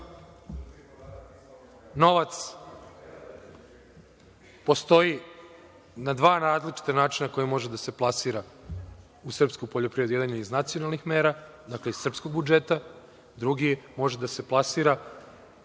novac postoji na dva različita načina na koja može da se plasira u srpsku poljoprivredu. Jedan je iz nacionalnih mera, dakle iz srpskog budžeta, drugi može da se plasira,